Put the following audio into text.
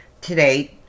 Today